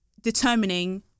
determining